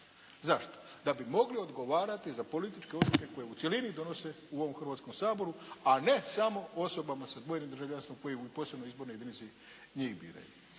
Zašto? Da bi mogli odgovarati za političke odluke koje u cjelini donose u ovom Hrvatskom saboru, a ne samo osobama sa dvojnim državljanstvom koji u posebnoj izbornoj jedinici njih biraju.